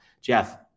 Jeff